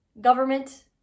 government